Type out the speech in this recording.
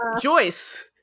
Joyce